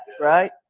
right